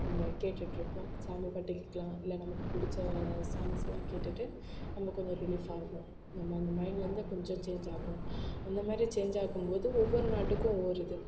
நம்ம கேட்டுட்டிருப்போம் சாமி பாட்டு கேட்கலாம் இல்லை நமக்கு பிடிச்ச சாங்ஸ்லாம் கேட்டுட்டு நம்ம கொஞ்சம் ரிலீஃபாக இருக்கும் நம்ம அந்த மைண்ட்லேருந்து கொஞ்சம் சேஞ்ச் ஆகும் அந்த மாதிரி சேஞ்ச் ஆகும்போது ஒவ்வொரு நாட்டுக்கும் ஒவ்வொரு இது